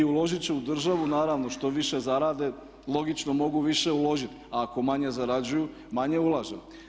Uložit će u državu naravno što više zarade logično mogu više uložiti, a ako manje zarađuju manje ulažu.